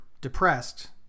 depressed